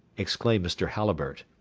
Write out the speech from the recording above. exclaimed mr. halliburtt.